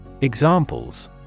Examples